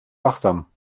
wachsam